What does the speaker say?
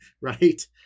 right